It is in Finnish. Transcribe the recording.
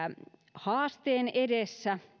haasteen edessä